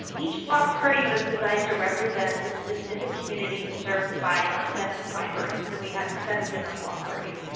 and each block party was designed to represent the specific community served by our seven libraries, so we had seven different block parties.